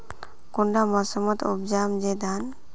कुंडा मोसमोत उपजाम छै धान?